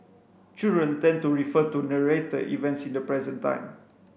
children tend to refer to narrated events in the present time